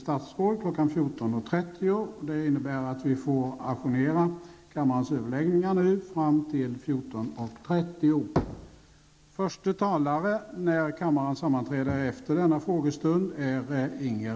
, statsrådet Bo Könberg och kommunikationsminister Mats Odell hade infunnit sig i kammaren för att svara på muntliga frågor.